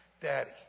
Daddy